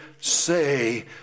say